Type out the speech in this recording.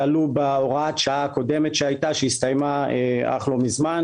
על הוראת השעה הקודמת שהסתיימה אך לא מזמן.